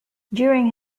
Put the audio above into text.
during